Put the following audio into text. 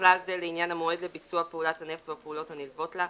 ובכלל זה לעניין המועד לביצוע פעולת הנפט והפעולות הנלוות לה,